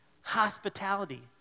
hospitality